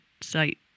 site